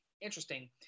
interesting